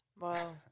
Wow